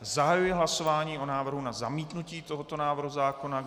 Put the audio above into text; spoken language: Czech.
Zahajuji hlasování o návrhu na zamítnutí tohoto návrhu zákona.